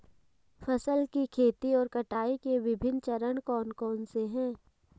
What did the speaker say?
फसल की खेती और कटाई के विभिन्न चरण कौन कौनसे हैं?